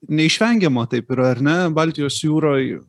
neišvengiama taip yra ar ne baltijos jūroj